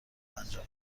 انجام